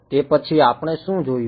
તે પછી આપણે શું જોયું